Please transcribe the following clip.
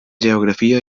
geografia